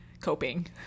coping